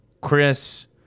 Chris